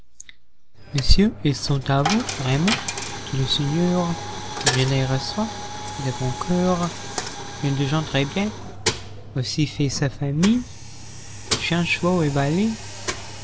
monsieur ils sont à vous vraiment dit le seigneur je les reçois et de bon cœur il déjeûne très bien aussi fait sa famille chiens chevaux et